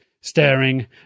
staring